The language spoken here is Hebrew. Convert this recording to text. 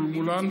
ומולן,